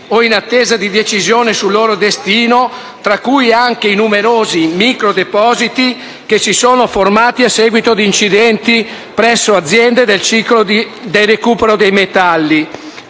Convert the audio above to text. o in attesa di decisione sul loro destino (tra cui anche i numerosi micro depositi che si sono formati a seguito di incidenti presso aziende del ciclo del recupero dei metalli);